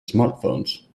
smartphones